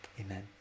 amen